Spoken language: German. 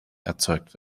erzeugt